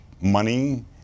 money